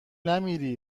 نمیری